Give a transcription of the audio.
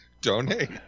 Donate